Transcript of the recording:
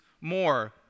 more